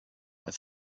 als